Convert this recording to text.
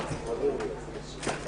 הם לא יכולים לפתור את זה כי